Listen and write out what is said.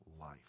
life